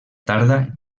tarda